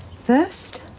first,